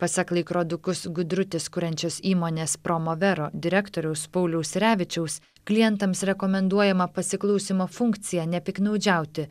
pasak laikrodukus gudrutis kuriančios įmonės promo vero direktoriaus pauliaus sirevičiaus klientams rekomenduojama pasiklausymo funkcija nepiktnaudžiauti